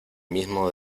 mismo